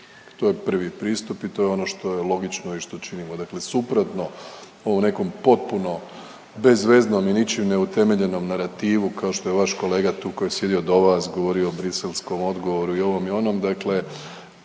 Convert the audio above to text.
To je prvi pristup i to je ono što je logično i što činimo, dakle suprotno ovom nekom potpuno bezveznom i ničim neutemeljenom narativu, kao što je vaš kolega tu koji je sjedio do vas, govorio o briselskom odgovoru i ovom i onom, dakle